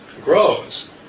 grows